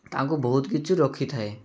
ତାଙ୍କୁ ବହୁତ କିଛି ରଖିଥାଏ